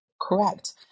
Correct